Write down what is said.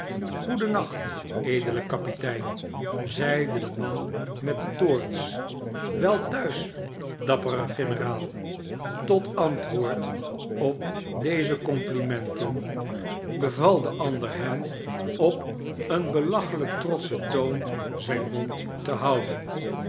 goeden nacht edele kapitein zeide de man met de toorts wei thuis dappere generaal tot antwoord op deze complimenten beval de ander hem op een belachelijk trotschen toon zijn mond te houden